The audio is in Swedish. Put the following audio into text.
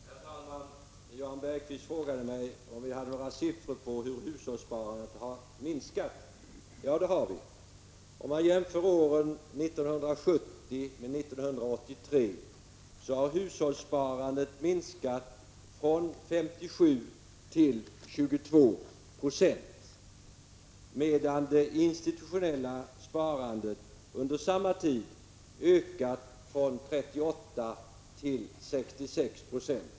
Herr talman! Jan Bergqvist frågade mig om vi hade några siffror på hur hushållssparandet har minskat. Ja, det har vi. Om man jämför år 1970 med 1983 har hushållssparandet minskat från 57 till 22 26, medan det institutionella sparandet under samma tid ökade från 38 till 66 96.